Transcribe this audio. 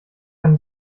kann